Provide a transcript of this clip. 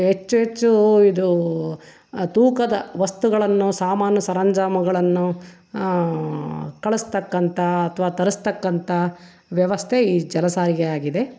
ಹೆಚ್ಚು ಹೆಚ್ಚೂ ಇದೂ ತೂಕದ ವಸ್ತುಗಳನ್ನು ಸಾಮಾನು ಸರಂಜಾಮಗಳನ್ನು ಕಳಿಸ್ತಕ್ಕಂಥ ಅಥ್ವ ತರಿಸ್ತಕ್ಕಂಥ ವ್ಯವಸ್ಥೆ ಈ ಜಲ ಸಾರಿಗೆ ಆಗಿದೆ